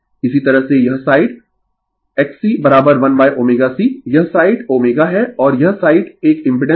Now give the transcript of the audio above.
इसी तरह से यह साइड XC1ωC यह साइड ω है और यह साइड एक इम्पिडेंस है